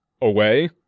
away